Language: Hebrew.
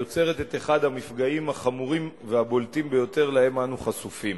היוצרת את אחד המפגעים החמורים והבולטים ביותר שלהם אנו חשופים.